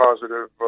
positive